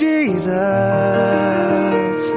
Jesus